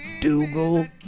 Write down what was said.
dougal